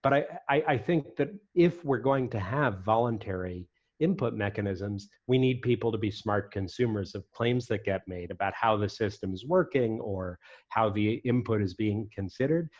but i i think that if we're going to have voluntary input mechanisms we need people to be smart consumers of claims that get made about how the system's working or how the input is being considered,